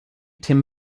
tim